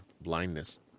blindness